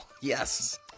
Yes